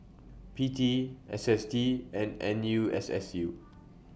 P T S S T and N U S S U